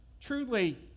truly